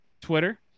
Twitter